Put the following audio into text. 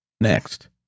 Next